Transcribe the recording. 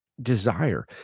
desire